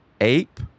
ape